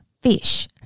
fish